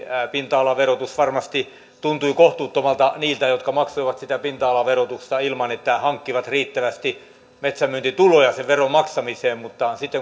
pinta alaverotus varmasti tuntui kohtuuttomalta niistä jotka maksoivat sitä pinta alaverotusta ilman että hankkivat riittävästi metsänmyyntituloja sen veron maksamiseen mutta sitten